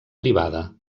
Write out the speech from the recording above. privada